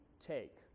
take